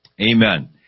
Amen